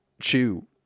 chew